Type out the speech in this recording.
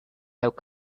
have